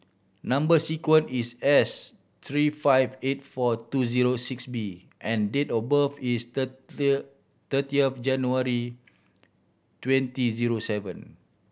number sequence is S three five eight four two zero six B and date of birth is thirty thirty of January twenty zero seven